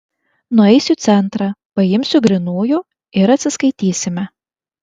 nueisiu į centrą paimsiu grynųjų ir atsiskaitysime